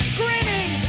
grinning